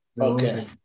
Okay